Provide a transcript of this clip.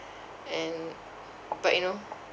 and but you know